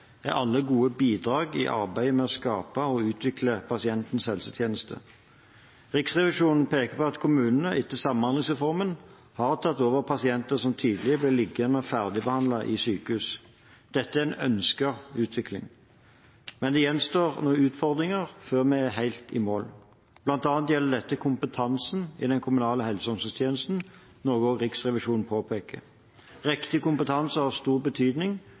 er alle gode bidrag i arbeidet med å skape og utvikle pasientens helsetjeneste. Riksrevisjonen peker på at kommunene, etter samhandlingsreformen, har tatt over pasienter som tidligere ble liggende ferdigbehandlet i sykehus. Dette er en ønsket utvikling, men det gjenstår noen utfordringer før vi er helt i mål. Blant annet gjelder dette kompetansen i den kommunale helse- og omsorgstjenesten, noe også Riksrevisjonen påpeker. Riktig kompetanse har stor betydning